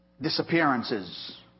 disappearances